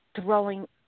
throwing